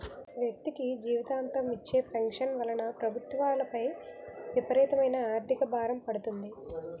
వ్యక్తికి జీవితాంతం ఇచ్చే పెన్షన్ వలన ప్రభుత్వాలపై విపరీతమైన ఆర్థిక భారం పడుతుంది